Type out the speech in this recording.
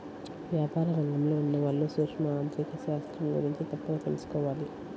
వ్యాపార రంగంలో ఉన్నవాళ్ళు సూక్ష్మ ఆర్ధిక శాస్త్రం గురించి తప్పక తెలుసుకోవాలి